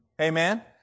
Amen